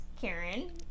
Karen